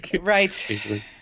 Right